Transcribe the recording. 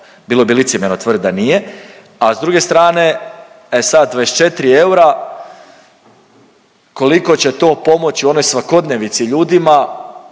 bilo bi licemjerno tvrditi da nije, a s druge strane, e sad, 24 eura, koliko će to pomoći u onoj svakodnevnici ljudima.